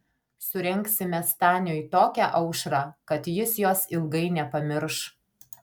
surengsime staniui tokią aušrą kad jis jos ilgai nepamirš